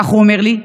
כך הוא אומר לי,